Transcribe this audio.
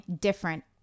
different